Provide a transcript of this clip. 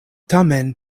tamen